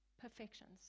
perfections